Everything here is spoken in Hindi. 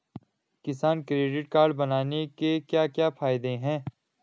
किसान क्रेडिट कार्ड बनाने के क्या क्या फायदे हैं?